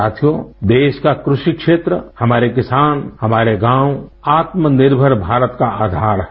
साथियो देश का कृषि क्षेत्र हमारे किसान हमारे गाँव आत्मनिर्भर भारत का आधार है